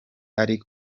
ari